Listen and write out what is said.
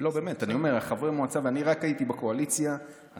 אני הייתי רק בקואליציה,